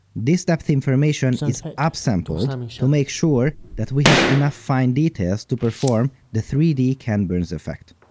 this depth information is upsampled to make sure that we have enough fine details to perform the three d ken burns effect.